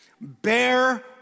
Bear